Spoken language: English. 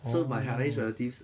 so my hainanese relatives